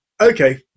Okay